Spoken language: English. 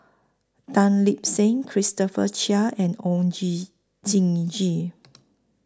Tan Lip Seng Christopher Chia and Oon Gee Jin Gee